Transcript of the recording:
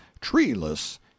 treeless